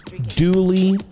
duly